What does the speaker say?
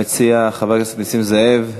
המציע, חבר הכנסת נסים זאב,